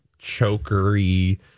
chokery